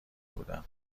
بودم